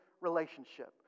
relationship